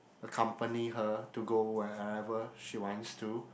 accompany her to go where ever she wants to